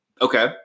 Okay